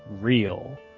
real